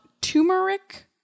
Turmeric